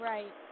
Right